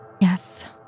Yes